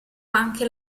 anche